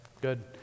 good